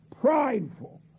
prideful